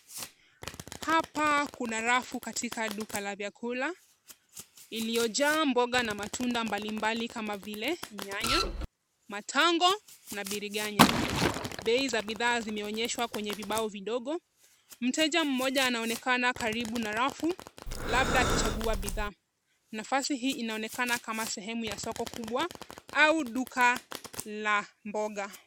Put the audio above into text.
Hapa kuna rafu katika duka la vyakula iliyojaa mboga na matunda mbalimbali kama vile nyanya, matango na biriganya. Bei za bidhaa zimeonyeshwa kwenye ubao mdogo. Mteja mmoja anaonekana karibu na rafu labda akichagua bidhaa. Nafasi hii inaonekana kama sehemu ya soko kubwa au duka la mboga.